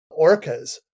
orcas